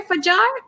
Fajar